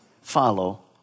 follow